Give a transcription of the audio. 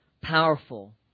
Powerful